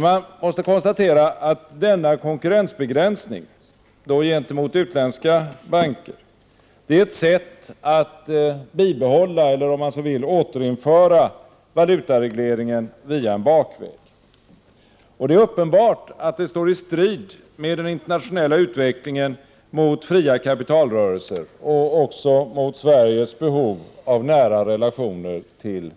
Man måste konstatera att denna konkurrensbegränsning gentemot utländska banker är ett sätt att bibehålla eller, om man så vill, återinföra valutaregleringen via en bakväg. Det är uppenbart att det står i strid med den internationella utvecklingen mot fria kapitalrörelser och Sveriges behov av nära relationer till